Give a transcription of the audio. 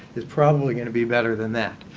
it's probably going to be better than that.